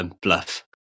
bluff